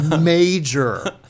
major